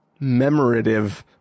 memorative